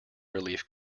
relief